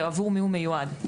ועבור מי הוא מיועד.